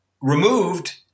Removed